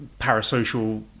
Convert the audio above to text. parasocial